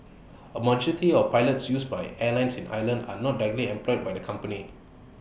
A majority of pilots used by airline in Ireland are not directly employed by the company